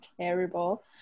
terrible